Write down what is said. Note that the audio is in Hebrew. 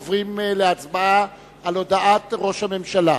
עוברים להצבעה על הודעת ראש הממשלה.